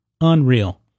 Unreal